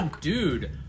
dude